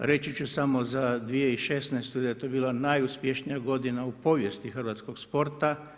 Reći ću samo za 2016. da je to bila najuspješnija godina u povijesti hrvatskog sporta.